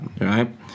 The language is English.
right